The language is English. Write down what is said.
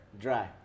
Dry